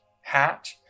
hat